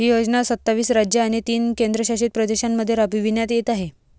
ही योजना सत्तावीस राज्ये आणि तीन केंद्रशासित प्रदेशांमध्ये राबविण्यात येत आहे